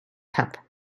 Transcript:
cup